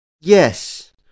Yes